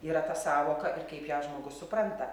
yra ta sąvoka ir kaip ją žmogus supranta